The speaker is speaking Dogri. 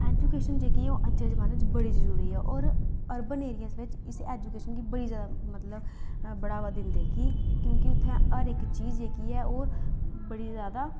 एजूकेशन जेह्की ऐ ओह् अज्जै दे जमानै च बड़ी जरूरी ऐ होर इसी एजूकेशन गी अर्बन एरिया च मतलब बड़ा बढ़ावा दिंदे की क्योंकि उत्थै हर इक्क चीज़ जेह्की ऐ ओह् बड़ी जादा